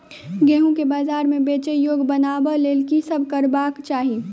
गेंहूँ केँ बजार मे बेचै योग्य बनाबय लेल की सब करबाक चाहि?